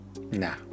Nah